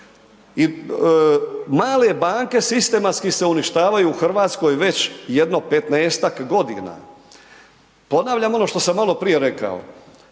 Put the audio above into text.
Male banke sistematski se uništavaju u Hrvatskoj već jedno 15-ak godina. Ponavljam ono što sam maloprije rekao,